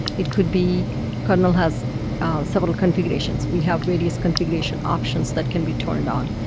it could be kernel has several configurations. we have various configuration options that can be turned on.